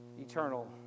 eternal